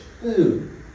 food